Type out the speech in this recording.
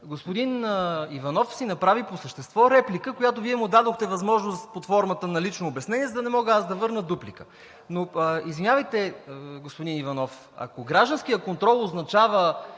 Господин Иванов си направи по същество репликата, за която Вие му дадохте възможност под формата на лично обяснение, за да не мога аз да върна дуплика. Извинявайте, господин Иванов, ако гражданският контрол означава